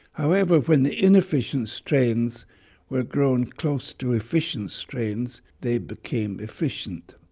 however, when the inefficient strains were grown close to efficient strains, they became efficient.